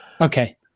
Okay